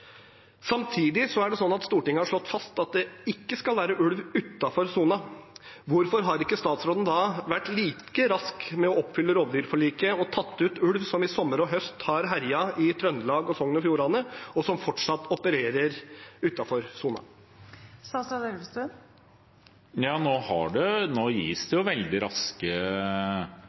Samtidig har Stortinget slått fast at det ikke skal være ulv utenfor sonen. Hvorfor har ikke statsråden da vært like rask med å oppfylle rovdyrforliket og tatt ut ulv som i sommer og høst har herjet i Trøndelag og i Sogn og Fjordane, og som fortsatt opererer utenfor sonen? Nå gis det jo veldig raske tillatelser, og det har det